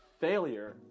failure